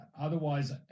otherwise